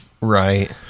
Right